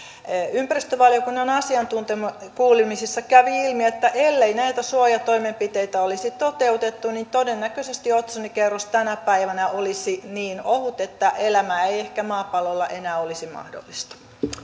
ympäristövaliokunnan asiantuntijakuulemisissa kävi ilmi että ellei näitä suojatoimenpiteitä olisi toteutettu niin todennäköisesti otsonikerros tänä päivänä olisi niin ohut että elämä ei ehkä maapallolla enää olisi mahdollista